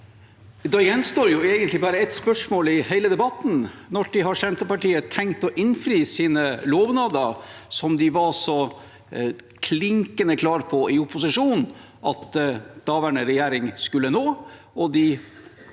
Da gjenstår egentlig bare ett spørsmål i hele debatten: Når har Senterpartiet tenkt å innfri sine lovnader som de var så klinkende klar på i opposisjon at daværende regjering skulle nå, og som